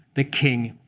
the king,